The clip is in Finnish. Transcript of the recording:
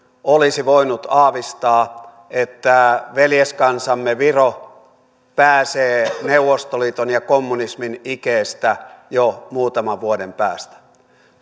olisi voinut aavistaa että veljeskansamme viro pääsee neuvostoliiton ja kommunismin ikeestä jo muutaman vuoden päästä